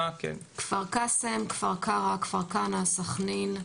כפר קאסם, כפר קרע, כפר כנא, סחנין,